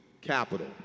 capital